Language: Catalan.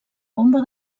bomba